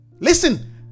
Listen